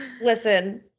Listen